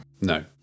No